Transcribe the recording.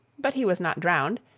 but he was not drowned,